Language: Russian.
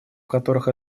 которых